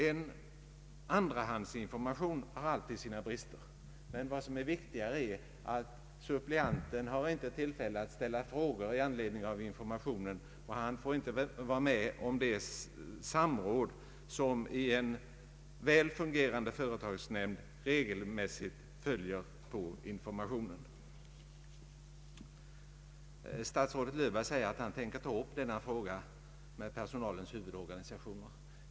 En andrahandsinformation har alltid sina risker, men vad som är viktigare är att suppleanten inte har tillfälle att ställa frågor i anledning av informationen, och han får inte vara med om det samråd som i en väl fungerande företagsnämnd regelmässigt följer på informationen. Statsrådet Löfberg säger att han tänker ta upp denna fråga med personalens huvudorganisationer.